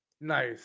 Nice